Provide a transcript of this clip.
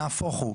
נהפוך הוא.